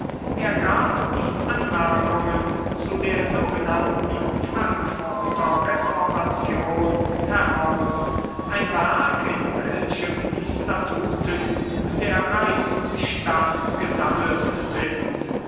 er gab die anmerkungen zu der sogenannten frankfurter reformation heraus ein werk in welchem die statuten der reichsstadt gesammelt sind